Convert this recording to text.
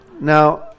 Now